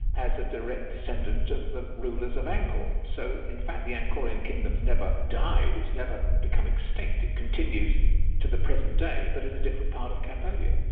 as a direct descendent of the rulers of angkor. so in fact the angkorean kingdom's never died, it's never become extinct, it continues to the present day but in a different part of cambodia.